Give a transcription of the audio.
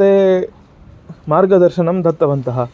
ते मार्गदर्शनं दत्तवन्तः